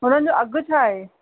उन्हनि जो अघि छा आहे